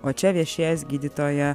o čia viešės gydytoja